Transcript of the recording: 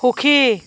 সুখী